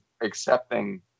accepting